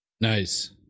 nice